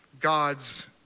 God's